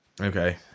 Okay